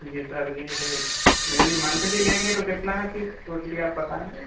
जी sir ji यदि monthly लेंगे तो कितना है फीस टोटली आप बताएँगे